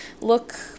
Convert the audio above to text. look